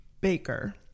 baker